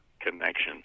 connection